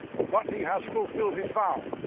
but he has fulfilled his vow.